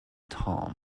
tongue